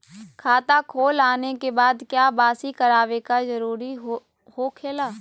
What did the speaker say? खाता खोल आने के बाद क्या बासी करावे का जरूरी हो खेला?